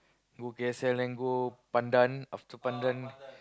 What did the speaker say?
go K_S_L then go Pandan after Pandan